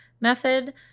method